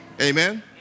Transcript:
Amen